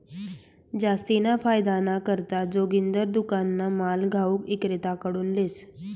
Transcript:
जास्तीना फायदाना करता जोगिंदर दुकानना माल घाऊक इक्रेताकडथून लेस